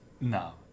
No